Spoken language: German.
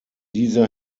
dieser